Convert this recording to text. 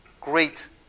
great